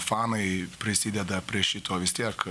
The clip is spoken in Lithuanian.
fanai prisideda prie šito vis tiek